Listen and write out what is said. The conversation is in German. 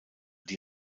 die